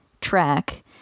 track